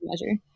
measure